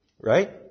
right